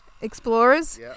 Explorers